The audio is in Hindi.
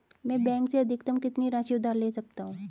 मैं बैंक से अधिकतम कितनी राशि उधार ले सकता हूँ?